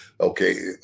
okay